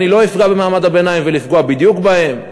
אני לא אפגע במעמד הביניים, ולפגוע בדיוק בהם.